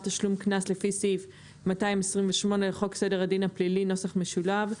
תשלום קנס לפי סעיף 228 לחוק סדר הדין הפלילי (נוסח משולב),